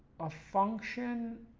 a function